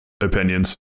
opinions